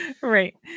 Right